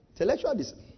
Intellectualism